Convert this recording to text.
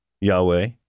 Yahweh